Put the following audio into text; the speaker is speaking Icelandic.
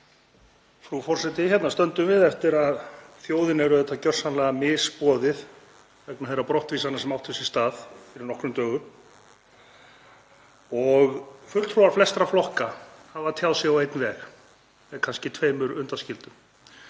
Frú forseti. Hérna stöndum við eftir að þjóðinni er auðvitað gjörsamlega misboðið vegna þeirra brottvísana sem áttu sér stað fyrir nokkrum dögum. Fulltrúar flestra flokka hafa tjáð sig á einn veg, að kannski tveimur undanskildum.